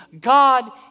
God